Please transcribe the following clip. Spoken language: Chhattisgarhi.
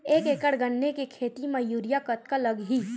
एक एकड़ गन्ने के खेती म यूरिया कतका लगही?